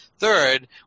Third